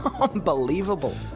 Unbelievable